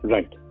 Right